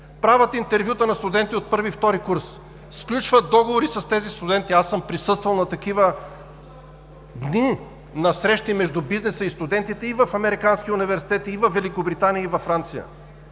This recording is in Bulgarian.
правят интервюта на студенти от първи и втори курс, сключват договори с тези студенти, аз съм присъствал на такива дни на срещи между бизнеса и студентите и в Американския университет, и във Великобритания и във Франция.